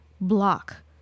block